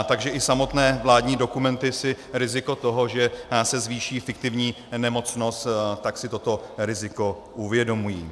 Takže i samotné vládní dokumenty si riziko toho, že se zvýší fiktivní nemocnost, tak si toto riziko uvědomují.